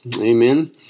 Amen